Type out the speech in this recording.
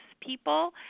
people